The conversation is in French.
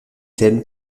thèmes